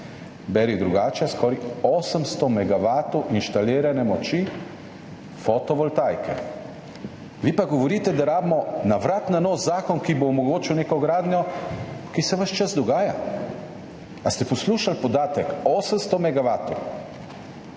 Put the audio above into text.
beri drugače, skoraj 800 megavatov inštalirane moči fotovoltaike. Vi pa govorite, da potrebujemo na vrat na nos zakon, ki bo omogočil neko gradnjo, ki se ves čas dogaja. Ali ste poslušali podatek? 800